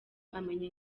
amenya